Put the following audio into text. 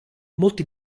molti